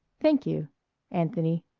thank you anthony.